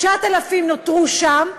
9,000 נותרו שם,